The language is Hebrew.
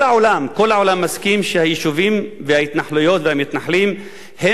כל העולם מסכים שהיישובים וההתנחלויות והמתנחלים הם המכשול